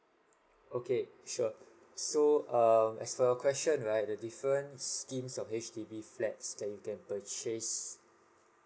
okay sure so err as per your question right the different schemes of H_D_B flats that you can purchase